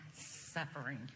suffering